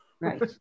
Right